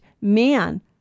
man